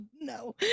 no